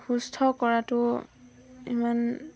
সুস্থ কৰাটো ইমান